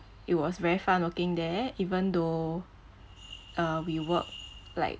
it was very fun working there even though uh we work like